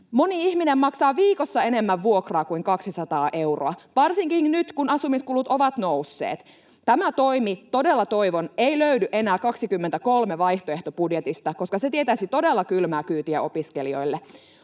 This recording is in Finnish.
Moni ihminen maksaa viikossa enemmän vuokraa kuin 200 euroa, varsinkin nyt kun asumiskulut ovat nousseet. Tämä toimi — todella toivon — ei löydy enää vuoden 23 vaihtoehtobudjetista, koska se tietäisi todella kylmää kyytiä opiskelijoille.